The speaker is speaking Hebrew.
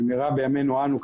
במהרה בימינו אנו,